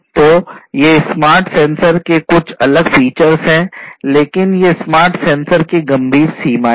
तो ये smart sensor के कुछ अलग फीचर्स हैं लेकिन ये स्मार्ट सेंसर की गंभीर सीमाएँ हैं